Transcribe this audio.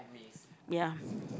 ya